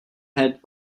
head